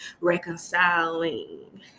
reconciling